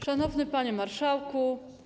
Szanowny Panie Marszałku!